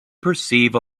perceive